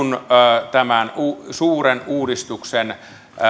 kun katsotaan tämän suuren uudistuksen